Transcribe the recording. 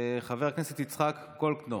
חבר הכנסת יצחק גולדקנופ,